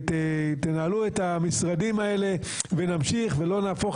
תנהלו את המשרדים האלה ונמשיך ולא נהפוך